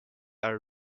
are